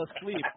asleep